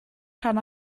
rhan